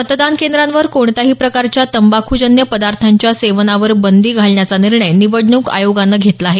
मतदान केंद्रांवर कोणत्याही प्रकारच्या तंबाख्जन्य पदार्थांच्या सेवनावर बंदी घालण्याचा निर्णय निवडणूक आयोगानं घेतला आहे